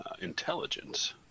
Intelligence